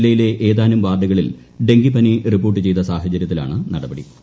ജില്ലയിലെ ഏതാനും വാർഡുകളിൽ ഡെങ്കിപ്പനി റിപ്പോർട്ട് ചെയ്ത സാഹചര്യത്തിലാണ് നടപട്ടി